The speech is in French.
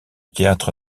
théâtre